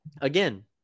Again